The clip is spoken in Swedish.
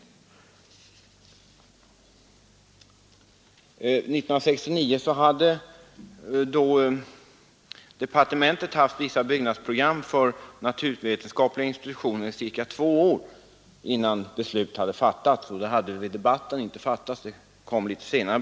År 1969 hade vissa byggnadsprogram för naturvetenskapliga institutionen funnits hos departementet under ca 2 år innan beslut fattades, och vid debatten fanns ännu inget beslut; det kom litet senare.